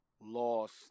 Lost